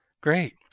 Great